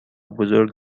بزرگ